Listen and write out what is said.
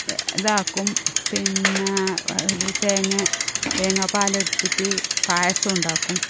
ഇതാക്കും പിന്നെ ഇത് തേങ്ങാ തേങ്ങാപ്പാലെടുത്തിട്ട് പായസമുണ്ടാക്കും